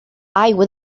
aigua